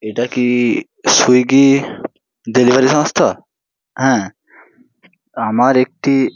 এটা কি Swiggy delivery সংস্থা হ্যাঁ আমার একটি